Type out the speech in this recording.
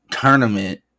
tournament